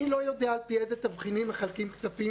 אני לא יודע על פי איזה תבחינים מחלקים כספים